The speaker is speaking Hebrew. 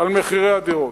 על מחירי הדירות,